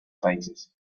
países